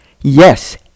yes